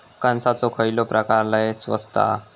कणसाचो खयलो प्रकार लय स्वस्त हा?